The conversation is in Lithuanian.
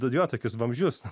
dujotiekius vamzdžius